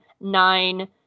nine